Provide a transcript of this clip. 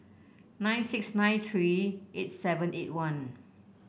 nine six nine three eight seven eight one